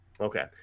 Okay